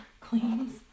cleans